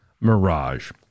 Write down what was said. Mirage